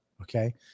Okay